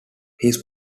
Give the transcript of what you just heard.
his